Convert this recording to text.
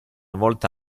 volta